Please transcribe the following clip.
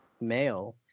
male